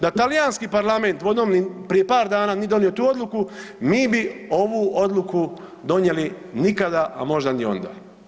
Da talijanski parlamenti, dvodomni prije par dana nije donio tu odluku, mi bi ovu odluku donijeli nikada a možda ni onda.